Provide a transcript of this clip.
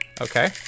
Okay